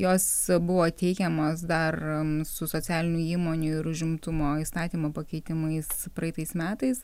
jos buvo teikiamos daran su socialinių įmonių ir užimtumo įstatymo pakeitimais praeitais metais